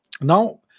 Now